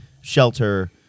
shelter